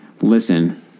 Listen